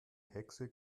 hexe